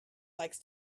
likes